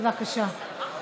אינו